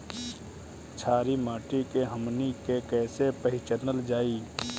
छारी माटी के हमनी के कैसे पहिचनल जाइ?